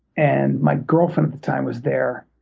and my girlfriend at the time was there,